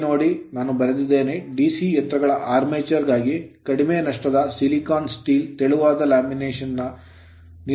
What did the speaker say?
ಇಲ್ಲಿ ನೋಡಿ ನಾನು ಬರೆದಿದ್ದೇನೆ DC ಯಂತ್ರಗಳ armature ಆರ್ಮೇಚರ್ ಗಾಗಿ ಕಡಿಮೆ ನಷ್ಟದ silicon steel ಸಿಲಿಕಾನ್ ಉಕ್ಕಿನ ತೆಳುವಾದ lamination ಲ್ಯಾಮಿನೇಶನ್ ನ ನಿರ್ಮಾಣಕ್ಕಾಗಿ ಬಳಸಲಾಗಿದೆ